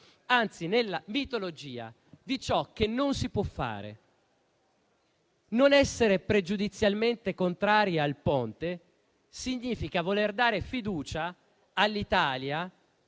anzi nella mitologia di ciò che non si può fare. Non essere pregiudizialmente contrari al Ponte significa voler dare fiducia all'Italia,